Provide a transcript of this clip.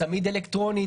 צמיד אלקטרוני,